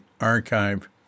archive